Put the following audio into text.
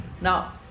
Now